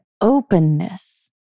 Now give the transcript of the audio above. openness